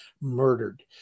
murdered